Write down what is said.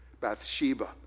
Bathsheba